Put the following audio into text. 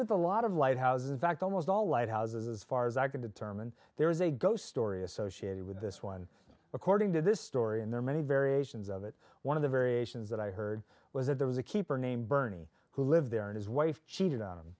with a lot of lighthouse in fact almost all lighthouses far as i can determine there is a ghost story associated with this one according to this story and there are many variations of it one of the variations that i heard was that there was a keeper named bernie who lived there and his wife cheated on him